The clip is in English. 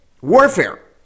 warfare